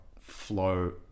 flow